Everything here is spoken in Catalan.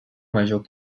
major